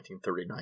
1939